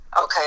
Okay